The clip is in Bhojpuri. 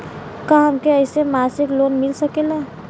का हमके ऐसे मासिक लोन मिल सकेला?